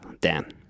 Dan